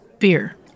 Beer